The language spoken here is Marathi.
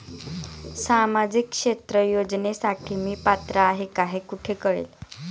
सामाजिक क्षेत्र योजनेसाठी मी पात्र आहे का हे कुठे कळेल?